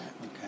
Okay